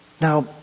Now